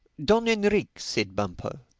don enrique, said bumpo,